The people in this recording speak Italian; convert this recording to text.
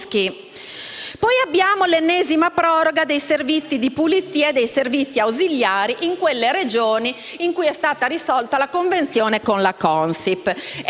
Vi è poi l'ennesima proroga dei servizi di pulizia e dei servizi ausiliari in quelle Regioni in cui è stata risolta la convenzione con la Consip.